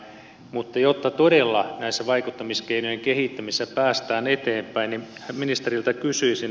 mutta jotta todella näissä vaikuttamiskeinojen kehittämisissä päästään eteenpäin niin ministeriltä kysyisin